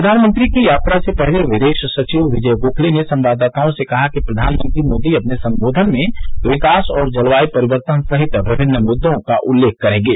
प्रधानमंत्री की यात्रा से पहले विदेश सचिव विजय गोखले ने संवाददाताओं से कहा कि प्रधानमंत्री मोदी अपने संबोधन में विकास और जलवायु परिवर्तन सहित विभिन्न मुद्दों का उल्लेख करेंगे